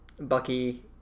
Bucky